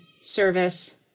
service